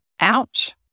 Ouch